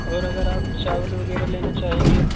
اور اگر آپ چاول وغیرہ لینا چاہیں گے